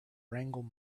wrangle